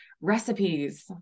recipes